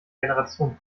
generation